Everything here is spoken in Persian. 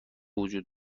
وجود